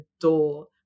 adore